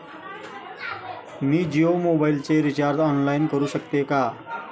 मी जियो मोबाइलचे recharge online करू शकते का?